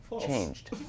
changed